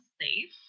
safe